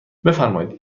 بفرمایید